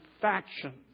factions